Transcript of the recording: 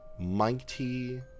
mighty